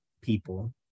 people